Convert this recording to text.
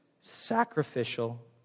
sacrificial